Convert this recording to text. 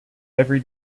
every